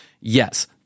yes